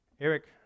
Eric